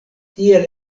tiel